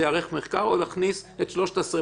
זה וייערך מחקר או להכניס את שלושת השרים.